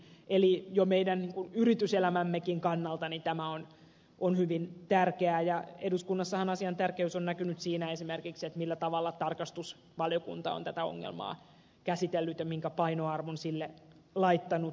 eli jo meidän yrityselämämmekin kannalta tämä on hyvin tärkeää ja eduskunnassahan asian tärkeys on näkynyt esimerkiksi siinä millä tavalla tarkastusvaliokunta on tätä ongelmaa käsitellyt ja minkä painoarvon sille laittanut